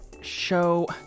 show